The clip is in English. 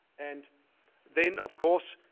and then, of course,